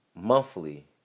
monthly